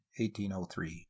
1803